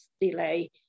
delay